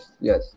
yes